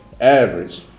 average